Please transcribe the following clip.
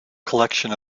collection